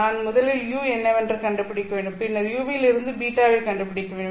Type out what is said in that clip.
நான் முதலில் u என்னவென்று கண்டுபிடிக்க வேண்டும் பின்னர் u இலிருந்து β வைக் கண்டுபிடிக்க வேண்டும்